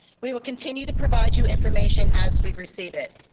we will continue to provide you information as we receive it.